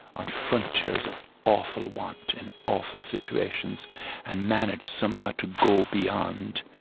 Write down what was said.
on frontiers of awful want and awful situations and manage, somehow, to go beyond